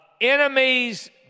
Enemies